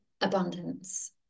abundance